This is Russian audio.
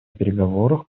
переговорах